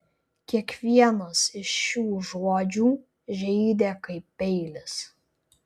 kiekvienas iš šių žodžių žeidė kaip peilis